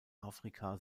afrika